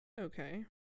okay